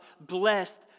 blessed